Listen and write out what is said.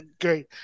great